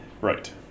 Right